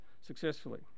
successfully